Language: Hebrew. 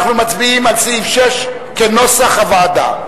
אנחנו מצביעים על סעיף 6 כנוסח הוועדה.